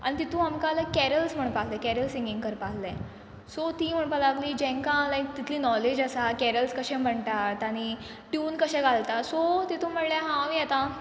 आनी तितू आमकां लायक कॅरल्स म्हणपा आसले कॅरल सिंगींग करपा आसलें सो तीं म्हुणपा लागलीं जांकां लायक तितली नॉलेज आसा कॅरल्स कशें म्हणटात आनी ट्यून कशें घालता सो तितून म्हळ्ळें हांव येता